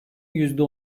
yüzde